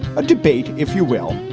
a debate, if you will,